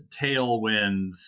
tailwinds